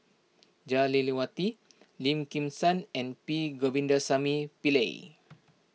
Jah Lelawati Lim Kim San and P Govindasamy Pillai